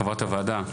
חברת הוועדה,